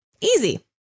Easy